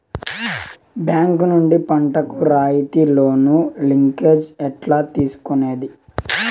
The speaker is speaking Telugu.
బ్యాంకు నుండి పంటలు కు రాయితీ లోను, లింకేజస్ ఎట్లా తీసుకొనేది?